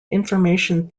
information